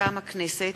מטעם הכנסת: